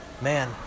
man